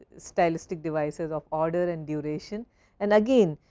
stylistic devices of order and duration and again,